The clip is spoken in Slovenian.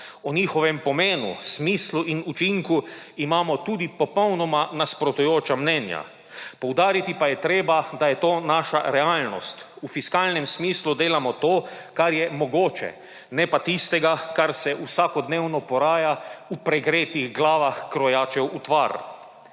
O njihovem pomenu, smislu in učinku imamo tudi popolnoma nasprotujoča mnenja, poudariti pa je treba, da je to naša realnost. V fiskalnem smislu delamo to, kar je mogoče, ne pa tistega, kar se vsakodnevno poraja v pregretih glavah krojačev utvar.